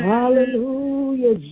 Hallelujah